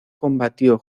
combatió